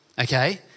Okay